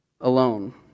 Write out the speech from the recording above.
alone